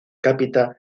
cápita